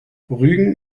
rügen